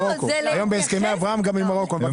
גם ממרוקו.